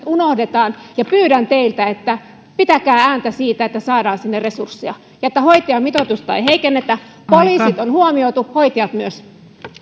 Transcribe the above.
unohdetaan ja pyydän teiltä pitäkää ääntä siitä että saadaan sinne resursseja ja että hoitajamitoitusta ei heikennetä poliisit on huomioitu hoitajat myös